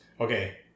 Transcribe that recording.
okay